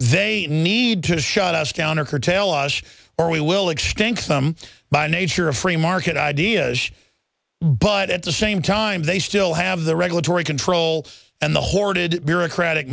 they need to shut us down or curtail us or we will extinct some by nature of free market ideas but at the same time they still have the regulatory control and the hoarded bureaucratic